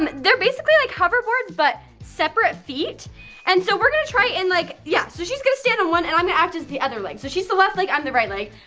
um they're basically like hoverboards, but separate feet and so we're gonna try it in like, yeah so she's gonna stand on one and i'm gonna act as the other leg. so she's the left leg, i'm the right leg.